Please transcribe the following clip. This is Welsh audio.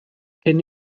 cyn